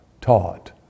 taught